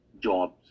jobs